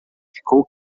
ficou